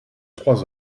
trois